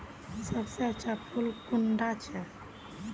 सबसे अच्छा फुल कुंडा छै?